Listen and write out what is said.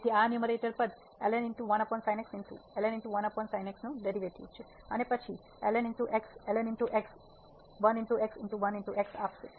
તેથી આ ન્યૂમેરેટર પદ નું ડેરિવેટિવ છે અને પછી આપશે